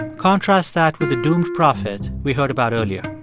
contrast that with the doomed prophet we heard about earlier.